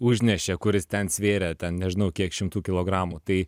užnešė kuris ten svėrė ten nežinau kiek šimtų kilogramų tai